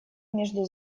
между